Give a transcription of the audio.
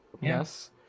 Yes